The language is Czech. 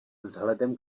vzhledem